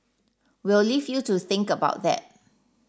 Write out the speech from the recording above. we'll leave you to think about that